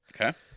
Okay